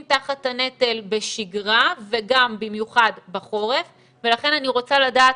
תחת הנטל בשגרה וגם במיוחד בחורף ולכן אני רוצה לדעת